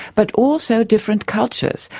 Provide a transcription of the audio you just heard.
but also different cultures,